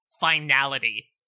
finality